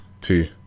Two